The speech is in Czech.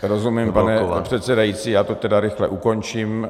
Rozumím, pane předsedající, já to tedy rychle ukončím.